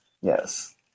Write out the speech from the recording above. Yes